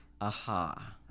Aha